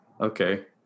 Okay